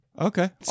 okay